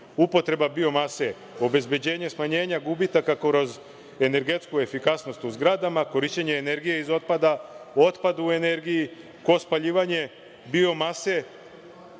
upotreba biomase, obezbeđenje smanjenja gubitaka kroz energetsku efikasnost u zagradama, korišćenje energije iz otpada, otpad u energiji, kroz spaljivanje biomase,